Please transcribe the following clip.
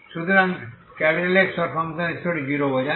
সুতরাং Xx0 বোঝায়